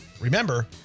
Remember